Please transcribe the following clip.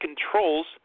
controls